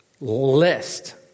list